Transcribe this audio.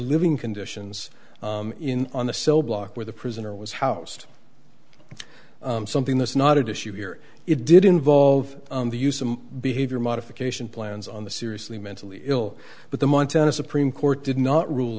living conditions in on the cell block where the prisoner was housed something that's not at issue here it did involve the use of behavior modification plans on the seriously mentally ill but the montana supreme court did not rule